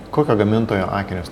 kokio gamintojo akinius